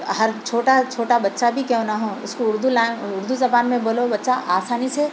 ہر چھوٹا چھوٹا بچہ بھی کیوں نہ ہو اُس کو اُردو لینگویج اُردو زبان میں بولو بچہ آسانی سے